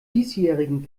diesjährigen